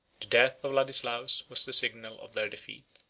death of ladislaus was the signal of their defeat.